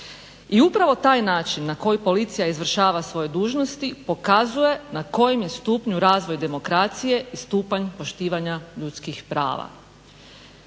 I upravo taj način na koji policija izvršava svoje dužnosti pokazuje na kojem je stupnju razvoj demokracije i stupanj poštivanja ljudskih prava.